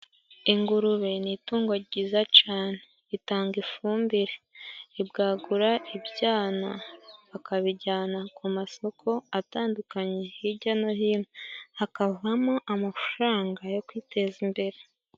Ingurube ni itungo ryiza cane ritanga ifumbire ribwagura ibyana ukabijyana ku masoko atandukanye hijya no hino hakavamo amafaranga yo kwiteza imbere.